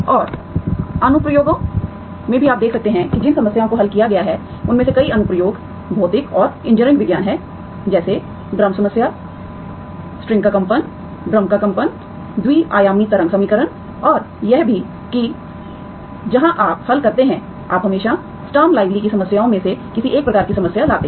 और अनुप्रयोगों में भी आप देख सकते हैं कि जिन समस्याओं को हल किया गया है उनमें से कई अनुप्रयोग भौतिक और इंजीनियरिंग विज्ञान हैं जैसे ड्रम समस्या स्ट्रिंग का कंपन ड्रम का कंपन द्वि आयामी तरंग समीकरण और यह भी कि जहां आप हल करते हैं आप हमेशा स्टर्म लुइविल की समस्याओं में से किसी एक प्रकार की समस्या लाते हैं